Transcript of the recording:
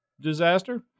disaster